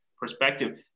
perspective